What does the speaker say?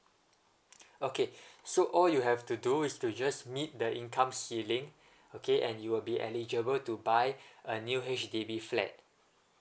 okay so all you have to do is to just meet the income ceiling okay and you will be eligible to buy a new H_D_B flat